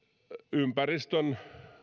ympäristön